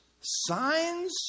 Signs